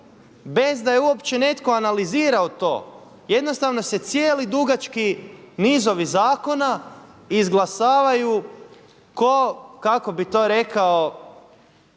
bez da je uopće neko analizirao to jednostavno se cijeli dugački nizovi zakona izglasavaju ko kako bi to rekao,